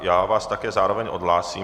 Já vás také zároveň odhlásím.